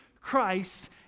Christ